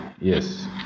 Yes